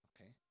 Okay